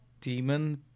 demon